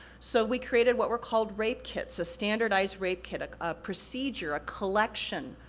so, we created what were called rape kits, a standardized rape kit, a procedure, a collection,